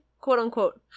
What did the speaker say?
quote-unquote